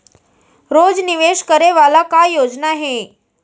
रोज निवेश करे वाला का योजना हे?